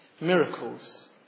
Miracles